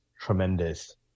tremendous